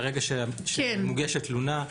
מהרגע שמוגשת תלונה?